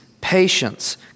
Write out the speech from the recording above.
patience